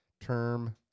term